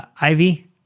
Ivy